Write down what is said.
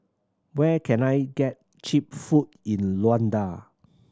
where can I get cheap food in Luanda